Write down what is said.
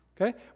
okay